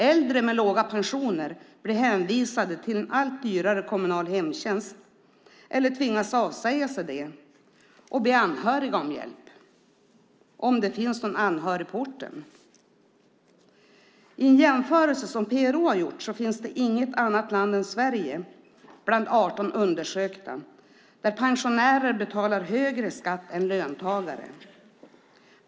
Äldre med låga pensioner blir hänvisade till en allt dyrare kommunal hemtjänst eller tvingas avsäga sig den och be anhöriga om hjälp om det finns någon anhörig på orten. I en jämförelse som PRO har gjort ser man att det inte finns något annat land än Sverige bland 18 undersökta länder där pensionärer betalar högre skatt än löntagare.